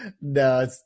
No